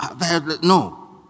No